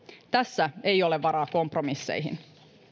tässä ei ole varaa kompromisseihin